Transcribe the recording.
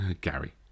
Gary